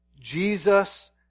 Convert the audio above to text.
Jesus